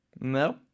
no